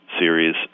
series